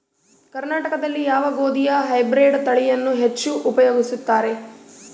ಕರ್ನಾಟಕದಲ್ಲಿ ಯಾವ ಗೋಧಿಯ ಹೈಬ್ರಿಡ್ ತಳಿಯನ್ನು ಹೆಚ್ಚು ಉಪಯೋಗಿಸುತ್ತಾರೆ?